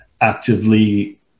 actively